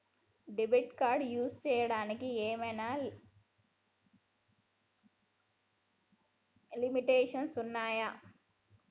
Debit card use చేయడానికి ఏమైనా limitations ఉన్నాయా?